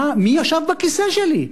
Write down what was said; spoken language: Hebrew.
מי ישב בכיסא שלי?